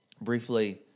briefly